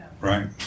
right